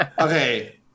Okay